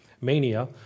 Mania